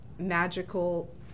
magical